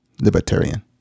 Libertarian